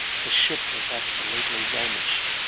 the ship was absolutely vanished,